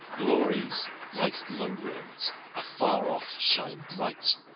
glories, like glow-worms, afar off shine bright,